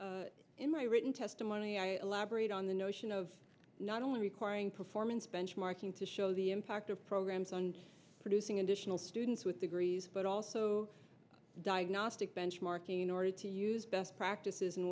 participation in my written testimony i elaborate on the notion of not only requiring performance benchmarking to show the impact of programs on producing additional students with degrees but also diagnostic benchmarking in order to use best practices in